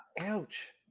ouch